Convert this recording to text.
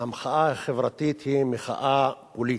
המחאה החברתית היא מחאה פוליטית.